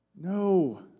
No